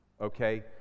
Okay